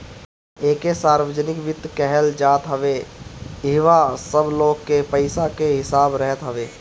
एके सार्वजनिक वित्त कहल जात हवे इहवा सब लोग के पईसा के हिसाब रहत हवे